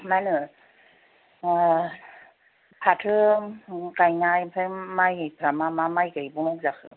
मा होनो फाथो गायनाय आमफ्राय माइफ्रा मा माइ गायबाव नांगौ जाखो